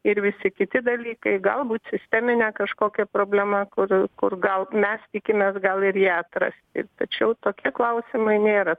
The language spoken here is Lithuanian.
ir visi kiti dalykai galbūt sisteminė kažkokia problema kur kur gal mes tikimės gal ir ją atrasti tačiau tokie klausimai nėra